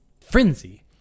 frenzy